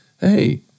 hey